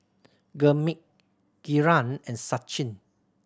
Gurmeet Kiran and Sachin